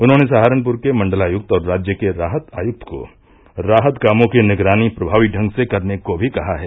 उन्होंने सहारनपुर के मण्डलाय्क्त और राज्य के राहत आयक्त को राहत कामों की निगरानी प्रभावी ढंग से करने को भी कहा है